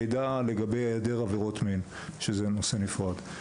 מידע לגבי העדר עבירות מין, שזה נושא נפרד.